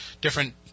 different